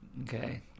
Okay